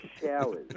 showers